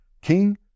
king